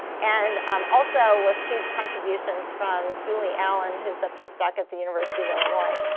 and um also with huge contributions from julie allen, who's a postdoc at the university of illinois.